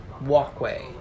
walkway